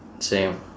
same